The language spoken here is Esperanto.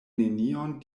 nenion